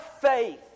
faith